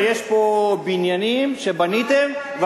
יש פה בניינים שבניתם,